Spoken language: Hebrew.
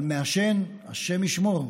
אבל מעשן, השם ישמור,